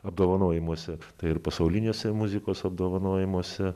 apdovanojimuose tai ir pasauliniuose muzikos apdovanojimuose